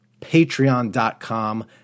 patreon.com